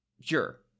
Sure